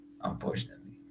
unfortunately